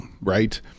right